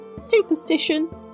Superstition